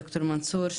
ד"ר מנסור,